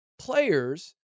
players